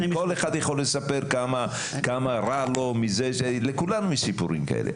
כל אחד יכול לספר כמה רע לו; לכולנו יש סיפורים כאלה,